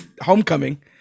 Homecoming